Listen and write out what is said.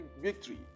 victory